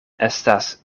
estas